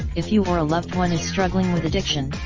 if you or a loved one is struggling with addiction,